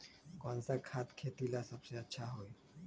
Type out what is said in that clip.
कौन सा खाद खेती ला सबसे अच्छा होई?